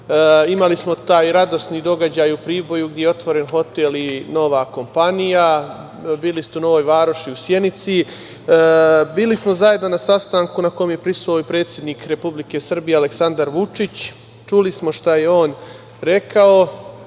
Imali smo taj radosni događaj u Priboju gde je otvoren hotel i nova kompanija. Bili ste u Novoj Varoši i u Sjenici. Bili smo zajedno na sastanku kome je prisustvovao predsednik Republike Srbije, Aleksandar Vučić. Čuli smo šta je on rekao.